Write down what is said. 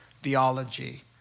Theology